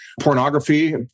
pornography